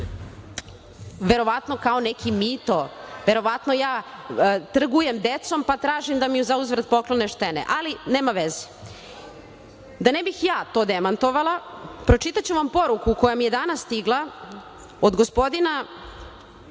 verovatno kao neki mito, verovatno ja trgujem decom, pa tražim da mi zauzvrat poklone štene, ali nema veze. Da ne bih j a to demantovala pročitaću vam poruku koja mi je danas stigla od gospodina